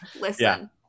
Listen